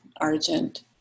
Argent